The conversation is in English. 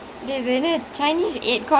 then all sorts of other poriyals